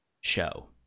show